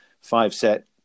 five-set